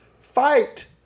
fight